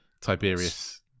Tiberius